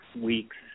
weeks